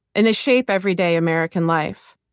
and they shape everyday american life.